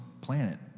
planet